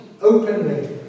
openly